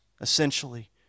essentially